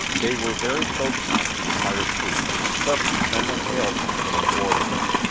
they were very close now to the pirate sloop, and suddenly some one hailed him from aboard of her.